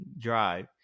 drive